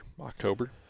October